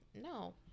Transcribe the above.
No